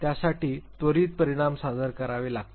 त्यासाठी त्वरित परिणाम सादर करावे लागतील